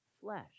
flesh